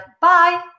Bye